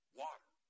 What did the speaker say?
water